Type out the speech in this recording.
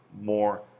more